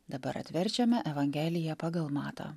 dabar atverčiame evangeliją pagal matą